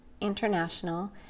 International